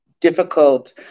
difficult